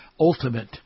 ultimate